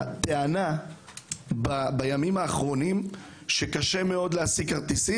הטענה בימים האחרונים היא שקשה מאוד להשיג כרטיסים